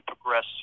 progress